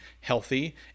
healthy